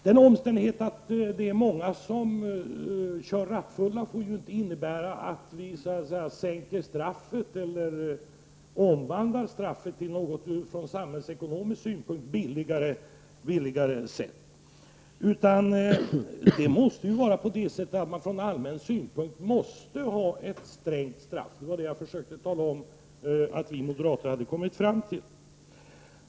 Den omständigheten att många kör rattfulla får inte innebära att vi sänker straffet eller omvandlar straffet till något från samhällets synpunkt billigare straff. Från allmän synpunkt måste det vara ett strängt straff — vi har försökt tala om att vi moderater har kommit fram till det.